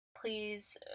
Please